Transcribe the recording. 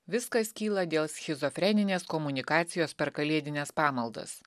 viskas kyla dėl schizofreninės komunikacijos per kalėdines pamaldas